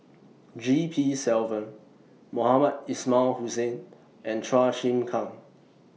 G P Selvam Mohamed Ismail Hussain and Chua Chim Kang